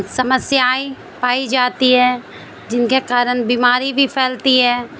سمسیائیں پائی جاتی ہے جن کے کارن بیماری بھی پھیلتی ہے